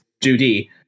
Judy